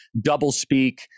doublespeak